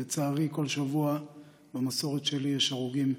לצערי, במסורת שלי, כל שבוע יש הרוגים,